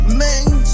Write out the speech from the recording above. main